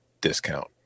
discount